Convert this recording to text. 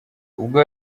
ubwo